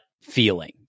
feeling